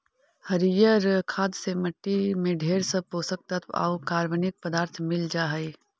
हरियर खाद से मट्टी में ढेर सब पोषक तत्व आउ कार्बनिक पदार्थ मिल जा हई